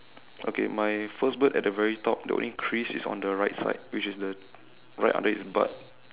okay my first bird at the very top the only crease is on the right side which is the right under it's butt